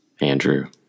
Andrew